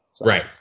Right